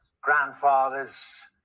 grandfathers